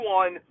one